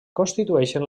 constitueixen